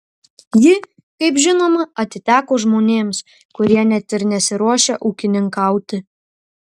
ji kaip žinoma atiteko žmonėms kurie net ir nesiruošia ūkininkauti